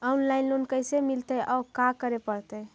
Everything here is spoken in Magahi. औनलाइन लोन कैसे मिलतै औ का करे पड़तै?